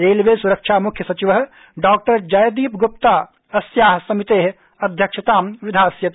रेलवेसुरक्षामुख्यसचिव डॉ जॉयदीपगुप्ता अस्या समिते अध्यक्षतां विधास्यति